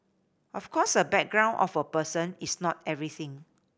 of course a background of a person is not everything